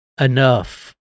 enough